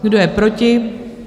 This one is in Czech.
Kdo je proti?